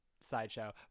Sideshow